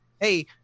hey